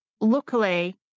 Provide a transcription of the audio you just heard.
Luckily